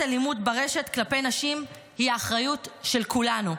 אלימות ברשת כלפי נשים היא האחריות של כולנו,